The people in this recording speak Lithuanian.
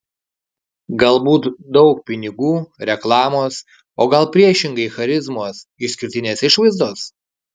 galbūt daug pinigų reklamos o gal priešingai charizmos išskirtinės išvaizdos